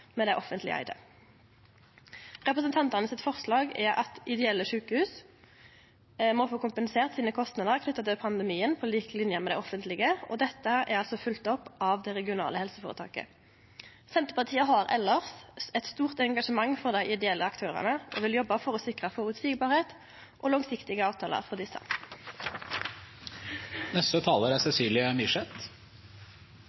med dei offentleg eigde. Forslaget frå representantane er at ideelle sjukehus må få kompensert kostnadene sine knytte til pandemien på lik linje med dei offentlege, og dette er følgt opp av det regionale helseføretaket. Senterpartiet har elles eit stort engasjement for dei ideelle aktørane og vil jobbe for å sikre at det er føreseieleg, og for langsiktige avtalar for